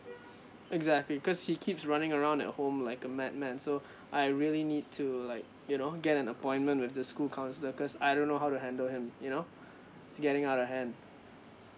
exactly cause he keeps running around at home like a mad man so I really need to like you know get an appointment with the school counsellor cause I don't know how to handle him you know it's getting out of hand